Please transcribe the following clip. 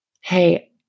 Hey